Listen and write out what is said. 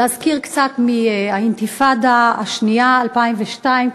להזכיר קצת מהאינתיפאדה השנייה ב-2002,